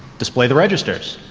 display the registers.